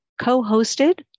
co-hosted